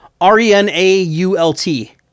R-E-N-A-U-L-T